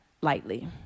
lightly